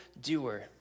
doer